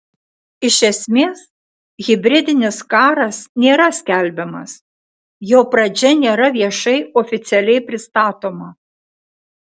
iš esmės hibridinis karas nėra skelbiamas jo pradžia nėra viešai oficialiai pristatoma